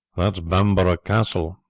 bamborough castle,